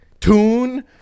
tune